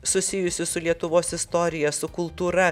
susijusių su lietuvos istorija su kultūra